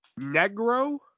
negro